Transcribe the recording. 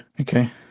okay